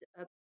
up